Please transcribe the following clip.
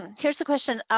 here's a question.